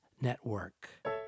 Network